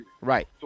Right